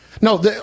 No